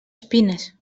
espines